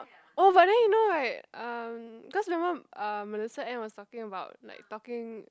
oh but then you know right um cause you know how uh Melissa and was talking about like talking